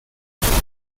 ŝtrumpa